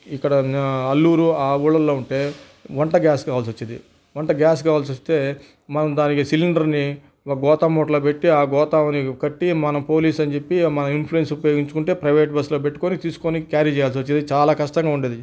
ఇక్కడ నా అల్లూరు ఆ ఊళ్ళలో ఉంటే వంట గ్యాస్ కావాలిసి వచ్చేది వంట గ్యాస్ కావాలిసి వస్తే మనం దానికి సిలిండర్ని ఒక గోతం మూట్లో పెట్టి ఆ గోతంని మనం పోలీస్ అని చెప్పి మన ఇన్ఫ్లూయన్స్ ఉపయోగించుకుంటే ప్రైవేట్ బస్సులో పెట్టుకొని తీసుకుని క్యారీ చేయాల్సి వచ్చేది చాలా కష్టంగా ఉండేది